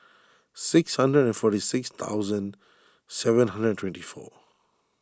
six hundred and forty six thousand seven hundred and twenty four